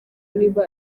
niba